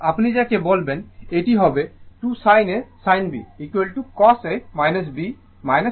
সুতরাং আপনি যাকে বলবেন এটি হবে 2 sin A sin B cos A B cos A B